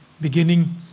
beginning